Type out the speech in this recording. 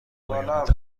پایان